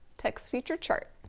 text feature chart.